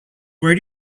where